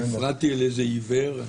הפרעתי לאיזה עיוור.